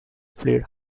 played